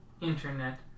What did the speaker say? internet